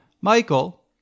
Michael